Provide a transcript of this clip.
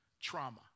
trauma